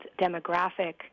demographic